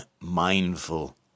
mindful